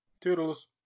toodles